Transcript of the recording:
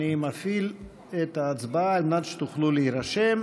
אני מפעיל את ההצבעה על מנת שתוכלו להירשם.